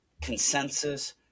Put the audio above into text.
consensus